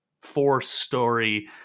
four-story